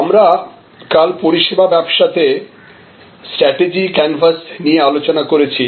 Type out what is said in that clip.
আমরা গতকাল পরিষেবা ব্যবসাতে স্ট্র্যাটেজি ক্যানভাস নিয়ে আলোচনা করেছি